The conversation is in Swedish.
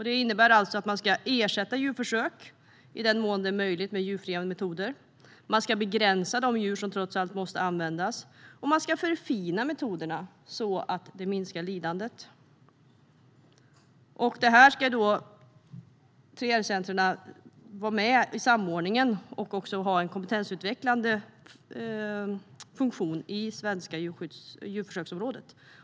Det innebär att man ska ersätta djurförsök med djurfria metoder i den mån det är möjligt. Man ska begränsa antalet djur som trots allt måste användas, och man ska förfina metoderna så att lidandet minskar. Dessa 3R-center ska vara med i samordningen och också ha en kompetensutvecklande funktion i det svenska djurförsöksområdet.